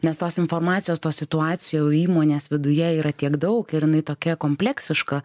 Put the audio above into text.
nes tos informacijos tos situacijų įmonės viduje yra tiek daug ir jinai tokia kompleksiška